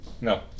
No